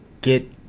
get